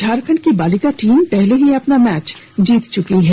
झारखंड की बालिका टीम पहले ही अपना मैच जीत चुकी है